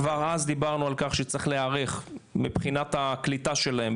כבר אז דיברנו על כך שצריך להיערך מבחינת הקליטה שלהם.